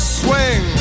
swing